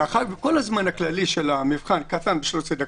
מאחר שכל הזמן הכללי של המבחן קטן ב-13 דקות,